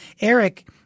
Eric